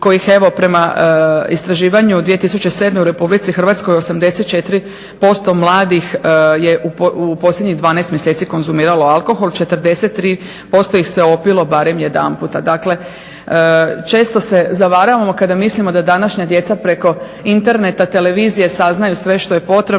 kojih evo prema istraživanju od 2007. u RH 84% mladih je u posljednjih 12 mjeseci konzumiralo alkohol, 43% ih se opilo barem jedanput. Dakle, često se zavaravamo kada mislimo da današnja djeca preko interneta, televizije saznaju sve što je potrebno.